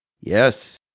yes